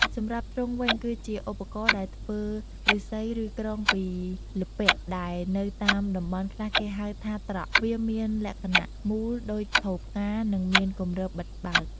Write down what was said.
សម្រាប់ទ្រុងវិញក៏ជាឧបករណ៍ដែលធ្វើឫស្សី ឬក្រងពីល្ពាក់ដែលនៅតាមតំបន់ខ្លះគេហៅថា ត្រក វាមានលក្ខណៈមូលដូចថូផ្កានិងមានគម្របបិទបើក។